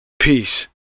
Peace